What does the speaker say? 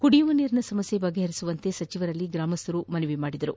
ಕುಡಿಯುವ ನೀರಿನ ಸಮಸ್ಯೆ ಪರಿಹರಿಸುವಂತೆ ಸಚಿವರಲ್ಲಿ ಗ್ರಾಮಸ್ದರು ಮನವಿ ಮಾಡಿದರು